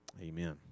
amen